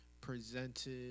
presented